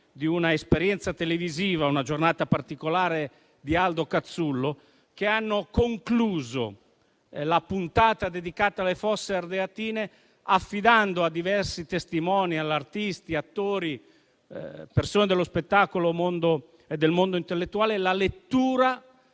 di una esperienza televisiva, «Una giornata particolare» di Aldo Cazzullo, che hanno concluso la puntata dedicata alle Fosse Ardeatine affidando a diversi testimoni, artisti, attori, persone dello spettacolo e del mondo intellettuale, la lettura